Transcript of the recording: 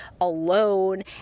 alone